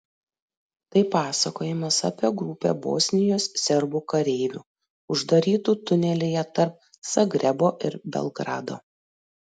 tai pasakojimas apie grupę bosnijos serbų kareivių uždarytų tunelyje tarp zagrebo ir belgrado